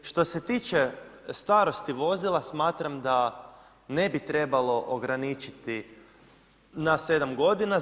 Što se tiče starosti vozila, smatram da ne bi trebalo ograničiti na 7 godina.